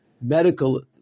medical